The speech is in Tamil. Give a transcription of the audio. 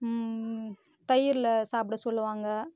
தயிரில் சாப்பிட சொல்லுவாங்க